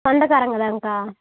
சொந்தக்காரங்க தான்கா